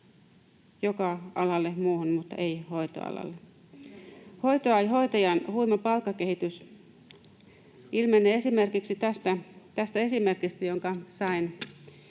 muille aloille mutta ei hoitoalalle. Hoitajan huima palkkakehitys ilmenee esimerkiksi tästä esimerkistä, jonka sain